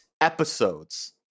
episodes